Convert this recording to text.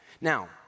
Now